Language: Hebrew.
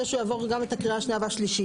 שהוא יעבור גם את הקריאה השנייה והשלישית,